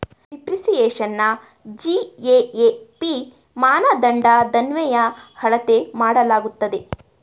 ಡಿಪ್ರಿಸಿಯೇಶನ್ನ GAAP ಮಾನದಂಡದನ್ವಯ ಅಳತೆ ಮಾಡಲಾಗುತ್ತದೆ